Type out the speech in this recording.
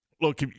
look